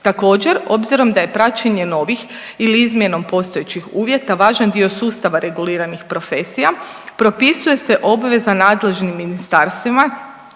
Također, obzirom da je praćenje novih ili izmjenom postojećih uvjeta važan dio sustava reguliranih profesija propisuje se obveza nadležnim ministarstvima